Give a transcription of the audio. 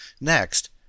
Next